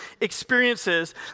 experiences